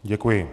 Děkuji.